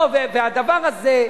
והדבר הזה,